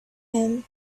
him